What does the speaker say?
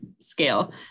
scale